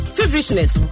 Feverishness